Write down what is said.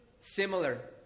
similar